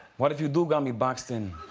what if you do got me boxed in